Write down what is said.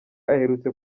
aherutse